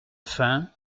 fin